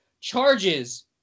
charges